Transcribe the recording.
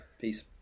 peace